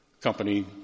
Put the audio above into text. company